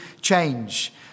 change